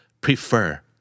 prefer